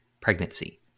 pregnancy